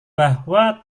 bahwa